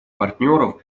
партнеров